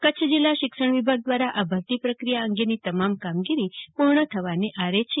કચ્છ જિલ્લા શિક્ષણ વિભાગ દ્વારા આ ભરતી પ્રક્રિયા અંગેની તમામ કામગીરી પૂર્ણ થવાને આરે છે